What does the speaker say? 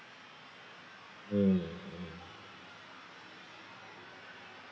mm mm